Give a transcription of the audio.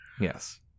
Yes